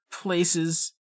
places